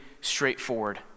straightforward